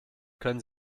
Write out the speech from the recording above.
können